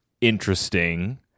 interesting